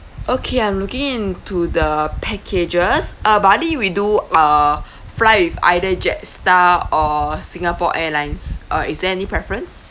okay I'm looking into the packages uh bali we do uh fly with either jetstar or singapore airlines uh is there any preference